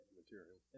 material